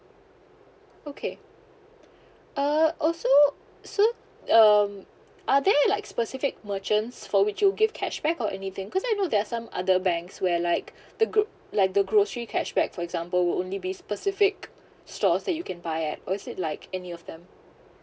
okay uh also so um are there like specific merchants for which you give cashback or anything cause I know there are some other banks where like the gro~ like the grocery cashback for example will only be specific stores that you can buy at or is it like any of them